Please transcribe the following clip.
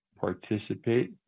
participate